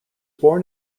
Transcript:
born